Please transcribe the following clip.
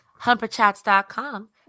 humperchats.com